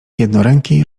jednoręki